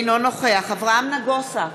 אינו נוכח אברהם נגוסה,